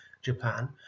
Japan